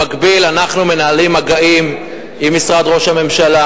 במקביל אנחנו מנהלים מגעים עם משרד ראש הממשלה